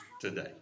today